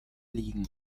liegen